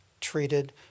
treated